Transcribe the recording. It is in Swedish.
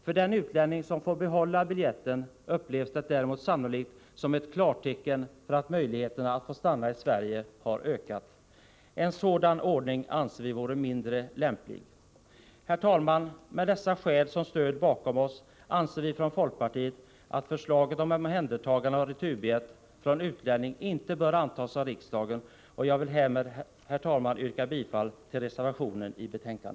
För den utlänning som får behålla biljetten upplevs det därmed sannolikt som ett klartecken för att möjligheten att få stanna i Sverige har ökat. En sådan ordning anser vi vore mindre lämplig. Herr talman! Med dessa skäl som stöd bakom oss anser vi från folkpartiet att förslaget om omhändertagande av returbiljett från utlänning inte bör antas av riksdagen, och jag vill härmed yrka bifall till reservationen.